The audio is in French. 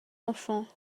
enfant